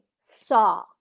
saw